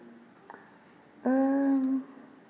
um